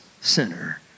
sinner